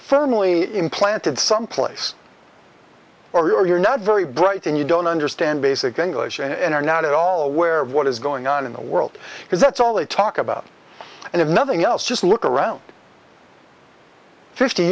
firmly implanted someplace or you're not very bright and you don't understand basic english and are not at all aware of what is going on in the world because that's all they talk about and if nothing else just look around fifty